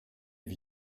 vies